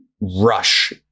rush